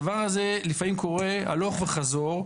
הדבר הזה לפעמים קורה הלוך וחזור.